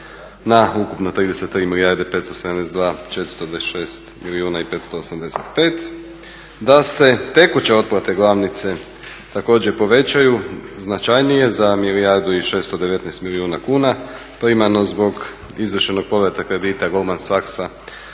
na ukupno 33 milijarde 572 426 milijuna i 585. Da se tekuće otplate glavnice također povećaju značajnije za milijardu i 619 milijuna kuna primarno zbog izvršenog povrata kredita Golmansaxa